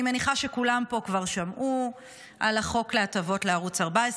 אני מניחה שכולם פה כבר שמעו על החוק להטבות לערוץ 14,